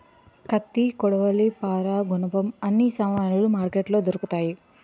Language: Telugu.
కత్తి కొడవలి పారా గునపం అన్ని సామానులు మార్కెట్లో దొరుకుతాయి